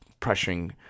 pressuring